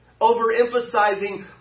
overemphasizing